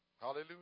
Hallelujah